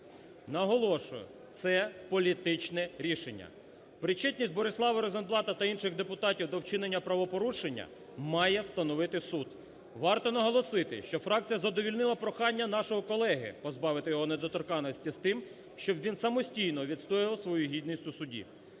Наголошую: це політичне рішення. Причетність Борислава Розенблата та інших депутатів до вчинення правопорушення має встановити суд. Варто наголосити, що фракція задовольнила прохання нашого колеги позбавити його недоторканності з тим, щоб він самостійно відстоював свою гідність у суді.